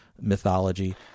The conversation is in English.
mythology